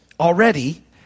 Already